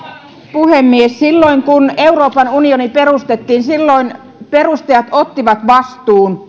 puhemies silloin kun euroopan unioni perustettiin perustajat ottivat yhteisen vastuun